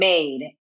Made